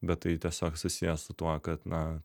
bet tai tiesiog susiję su tuo kad na